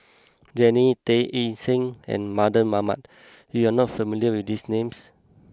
Jannie Tay Ng Yi Sheng and Mardan Mamat you are not familiar with these names